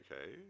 okay